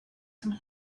some